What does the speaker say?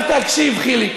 עכשיו, תקשיב, חיליק.